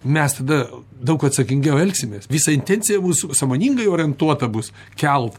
mes tada daug atsakingiau elgsimės visa intencija bus sąmoningai orientuota bus kelt